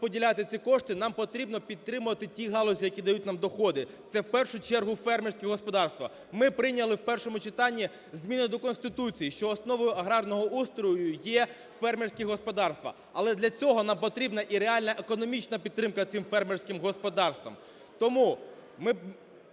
підтримати ті галузі, які дають нам доходи. Це в першу чергу фермерські господарства. Ми прийняли в першому читанні зміни до Конституції, що основою аграрного устрою є фермерські господарства, але для цього нам потрібна і реальна економічна підтримка цим фермерським господарствам. Тому ми